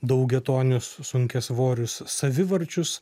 daugiatonius sunkiasvorius savivarčius